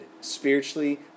spiritually